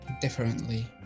differently